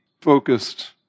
focused